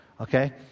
Okay